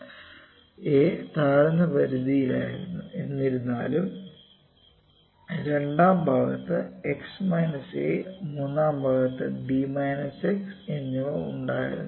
a താഴ്ന്ന പരിധിയിലായിരുന്നു എന്നിരുന്നാലും രണ്ടാം ഭാഗത്ത് x മൈനസ് a മൂന്നാം ഭാഗത്ത് ബി മൈനസ് എക്സ് എന്നിവ ഉണ്ടായിരുന്നു